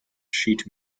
sheet